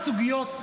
סוגיות,